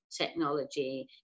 technology